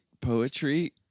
poetry